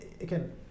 again